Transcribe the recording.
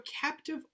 captive